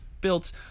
built